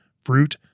fruit